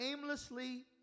aimlessly